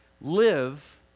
live